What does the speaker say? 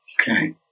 Okay